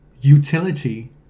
utility